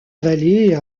vallée